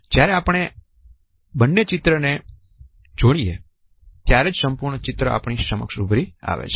જ્યારે આપણે બંને ચિત્ર ને જોડીએ ત્યારે જ સંપૂર્ણ ચિત્ર આપણી સમક્ષ ઉભરી આવે છે